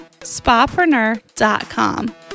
SpaPreneur.com